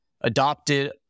adopted